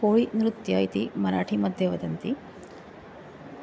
कोयिनृत्यम् इति मराठी मध्ये वदन्ति